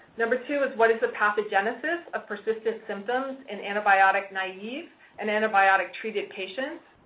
number two is what is the pathogenesis of persistent symptoms and antibiotic-naive and antibiotic-treated patients?